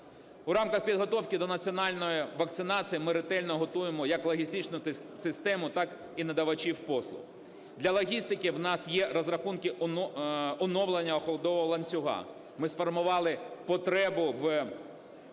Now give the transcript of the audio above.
У рамках підготовки до національної вакцинації ми ретельно готуємо як логістичну систему, так і надавачів послуг. Для логістики у нас є розрахунки оновлення холодового ланцюга. Ми сформували потребу в